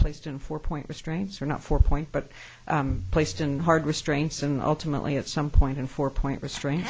placed in four point restraints are not for point but placed in hard restraints and ultimately at some point in four point restraint